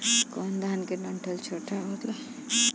कौन धान के डंठल छोटा होला?